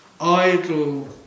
idle